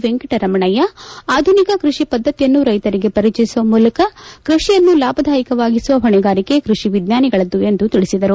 ವೆಂಕಟರಮಣಯ್ಕ ಆಧುನಿಕ ಕೈಷಿ ಪದ್ಧತಿಯನ್ನು ರೈತರಿಗೆ ಪರಿಚಯಿಸುವ ಮೂಲಕ ಕೃಷಿಯನ್ನು ಲಾಭದಾಯಕವಾಗಿಸುವ ಹೊಣೆಗಾರಿಕೆ ಕೃಷಿ ವಿಜ್ವಾನಿಗಳದ್ದಾಗಿದೆ ಎಂದು ತಿಳಿಸಿದರು